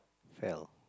fell